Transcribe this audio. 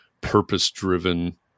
purpose-driven